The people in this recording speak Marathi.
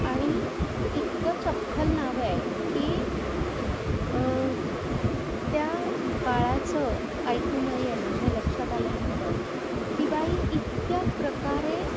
आणि इतकं चपखल नाव आहे की त्या बाळाचं ऐकू न येणं हे लक्षात आल्यानंतर ती बाई इतक्या प्रकारे